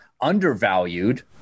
undervalued